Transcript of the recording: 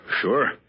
Sure